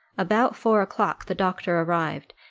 about four o'clock the doctor arrived,